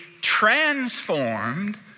transformed